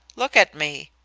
look at me.